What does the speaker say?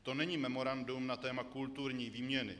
To není memorandum na téma kulturní výměny.